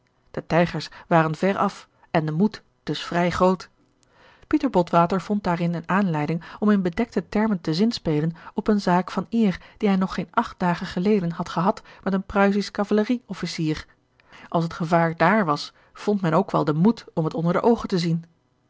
de tijgers waren ver af en de moed dus vrij groot pieter botwater vond daarin eene aanleiding om in bedekte termen te zinspelen op eene zaak van eer die hij nog geen acht dagen geleden had gehad met een pruissich kavallerie officier als het gevaar dààr was vond men ook wel den moed om het onder de oogen te zien